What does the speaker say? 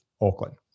Auckland